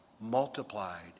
multiplied